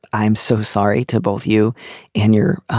i'm so sorry to both you and your